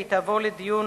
היא תעבור לדיון